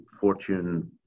fortune